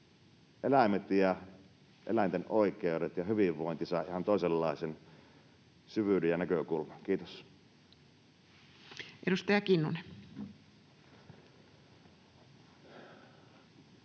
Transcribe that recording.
eläimet ja eläinten oikeudet ja hyvinvointi saavat ihan toisenlaisen syvyyden ja näkökulman. — Kiitos. [Speech